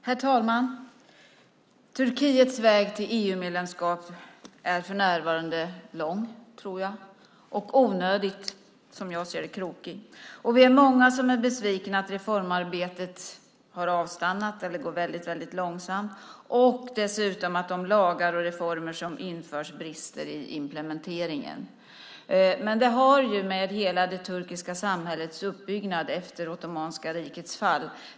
Herr talman! Turkiets väg till EU-medlemskap är för närvarande lång, tror jag, och som jag ser det onödigt krokig. Vi är många som är besvikna över att reformarbetet har avstannat eller går väldigt långsamt och dessutom att de lagar och reformer som införs brister i implementeringen. Men det har ju att göra med hela det turkiska samhällets uppbyggnad efter Ottomanska rikets fall.